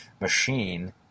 machine